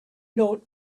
note